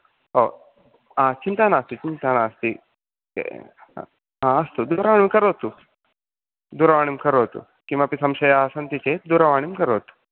हो चिन्ता नास्ति चिन्ता नास्ति अस्तु करोतु दूरवाणिं करोतु किमपि संशयः सन्ति चेत् दूरवाणिं करोतु